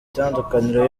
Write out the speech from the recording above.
itandukaniro